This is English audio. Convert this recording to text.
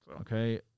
Okay